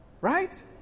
right